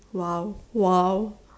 !wow! !wow!